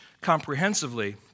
comprehensively